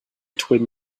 twin